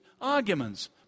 arguments